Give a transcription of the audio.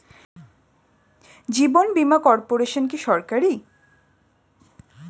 জীবন বীমা কর্পোরেশন কি সরকারি?